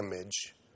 image